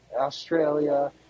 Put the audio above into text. Australia